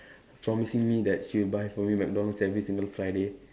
promising me that she will buy McDonald's for me every single Friday